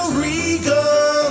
regal